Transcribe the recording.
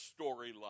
storyline